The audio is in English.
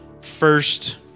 first